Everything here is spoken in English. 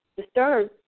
disturbed